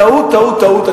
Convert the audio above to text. טעות, טעות, טעות.